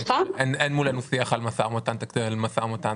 כן, כי ניסית לייצג את משרד החוץ.